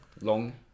Long